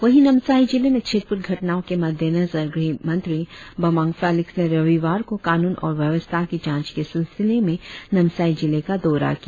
वही नामसाई जिले में छिटपुट घटनाओं के मद्देनजर गृह मंत्री बामांग फेलिक्स ने रविवार को कानून और व्यवस्था की जांच के सिलसिले में नामसाई जिले का दौरा किया